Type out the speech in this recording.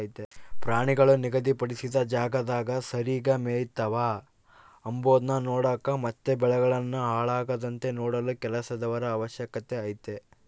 ಪ್ರಾಣಿಗಳು ನಿಗಧಿ ಪಡಿಸಿದ ಜಾಗದಾಗ ಸರಿಗೆ ಮೆಯ್ತವ ಅಂಬದ್ನ ನೋಡಕ ಮತ್ತೆ ಬೆಳೆಗಳನ್ನು ಹಾಳಾಗದಂತೆ ನೋಡಲು ಕೆಲಸದವರ ಅವಶ್ಯಕತೆ ಐತೆ